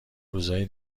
روزای